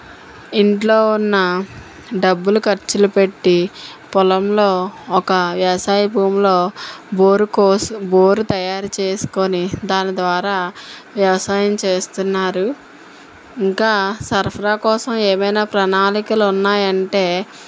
ఇంట్లో ఉన్న డబ్బులు ఖర్చులు పెట్టి పొలంలో ఒక వ్యవసాయ భూములో బోరు కోస్ బోరు తయారు చేసుకుని దాని ద్వారా వ్యవసాయం చేస్తున్నారు ఇంకా సరఫరా కోసం ఏమైనా ప్రణాళికలు ఉన్నాయి అంటే